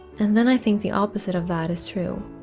and then i think the opposite of that is true.